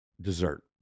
dessert